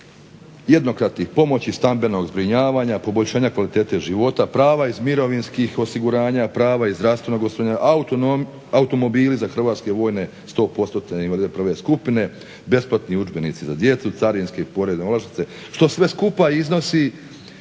jednokratnih pomoći, stambenog zbrinjavanja, poboljšanja kvalitete života, prava iz mirovinskih osiguranja, prava iz zdravstvenog osiguranja, automobili za hrvatske vojne 100%-tne invalide prve skupine, besplatni udžbenici za djecu, carinske i porezne olakšice što sve skupa iznosi